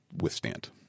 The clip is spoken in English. withstand